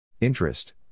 Interest